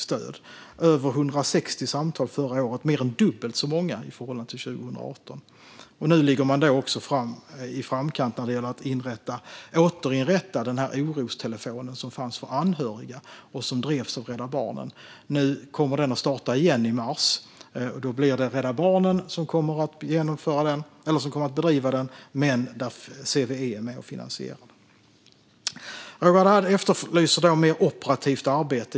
Över 160 samtal ringdes förra året; det är mer än dubbelt så många som 2018. Nu ligger man också i framkant när det gäller att återinrätta den orostelefon som fanns för anhöriga, som drevs av Rädda Barnen. Den kommer att starta igen i mars. Det blir Rädda Barnen som kommer att bedriva detta, men CVE är med och finansierar det. Roger Haddad efterlyser mer operativt arbete.